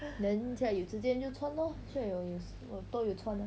then 现在有时间就穿咯现在有我都有穿啊